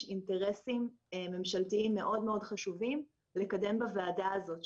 אינטרסים ממשלתיים מאוד-מאוד חשובים לקדם בוועדה הזאת,